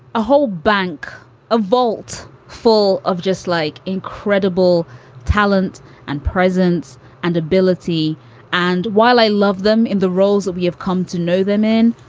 a whole bank ah vault full of just like incredible talent and presence and ability and while i love them in the roles we have come to know them in.